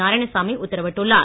நாராயணசாமி உத்தரவிட்டுள்ளார்